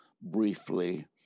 briefly